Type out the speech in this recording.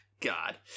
God